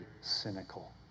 cynical